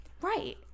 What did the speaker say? right